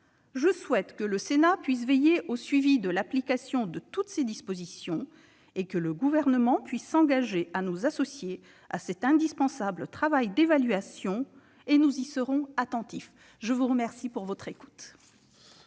Je souhaite que le Sénat puisse veiller au suivi de l'application de toutes ces mesures et que le Gouvernement s'engage à nous associer à cet indispensable travail d'évaluation : nous y serons attentifs ! La parole est